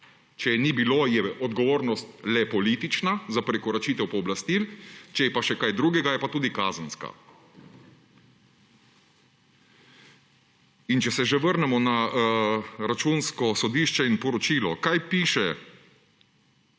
Če je ni bilo, je odgovornost le politična za prekoračitev pooblastil, če je pa še kaj drugega, je pa tudi kazenska. Če se že vrnemo na Računsko sodišče in poročilo. Kaj piše